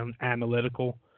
analytical